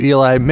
Eli